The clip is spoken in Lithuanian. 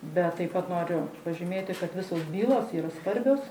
bet taip pat noriu pažymėti kad visos bylos yra svarbios